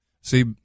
See